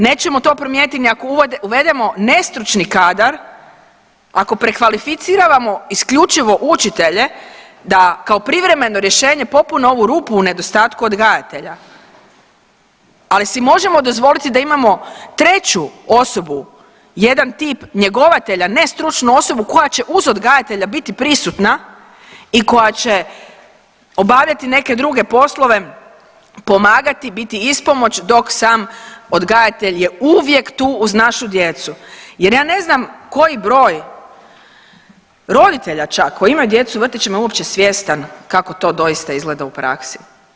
Nećemo to promijeniti ni ako uvedemo nestručni kadar ako prekvalificiravamo isključivo učitelje da kao privremeno rješenje popune ovu rupu u nedostatku odgajatelja, ali si možemo dozvoliti da imamo treću osobu, jedan tip njegovatelja, ne stručnu osobu koja će uz odgajatelja biti prisutna i koja će obavljati neke druge poslove, pomagati i biti ispomoć dok sam odgajatelj je uvijek tu uz našu djecu jer ja ne znam koji broj roditelja čak koji imaju djecu u vrtićima uopće svjestan kako to doista izgleda u praksi.